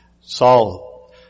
Saul